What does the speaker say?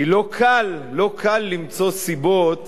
כי לא קל, לא קל למצוא סיבות